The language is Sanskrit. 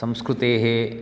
संस्कृतेः